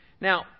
Now